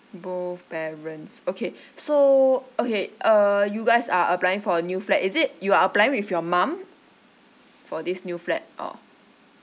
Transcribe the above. both parents okay so okay uh you guys are applying for a new flat is it you are applying with your mum for this new flat or